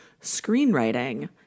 Screenwriting